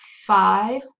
five